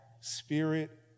spirit